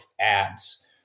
ads